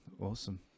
Awesome